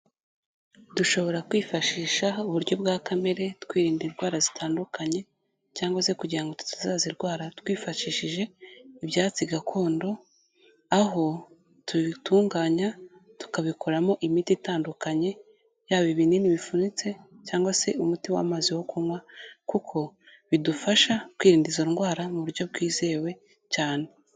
Dushobora kwifashisha uburyo bwa kamere twirinda indwara zitandukanye cyangwa se kugira ngo tutazazirwara twifashishije ibyatsi gakondo, aho tubitunganya tukabikoramo imiti itandukanye yaba ibinini bifunitse cyangwa se umuti w'amazi wo kunywa kuko bidufasha kwirinda izo ndwara mu buryo bwizewe cyane.